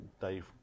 Dave